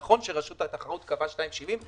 נכון שרשות התחרות קבעה 2.70,